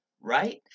right